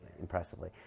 impressively